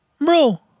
bro